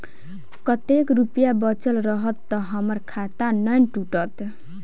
कतेक रुपया बचल रहत तऽ हम्मर खाता नै टूटत?